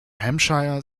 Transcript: hampshire